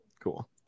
Cool